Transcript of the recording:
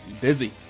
busy